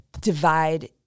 divide